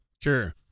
Sure